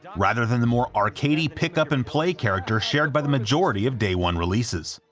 rather than the more arcadey, pick-up-and-play character shared by the majority of day one releases.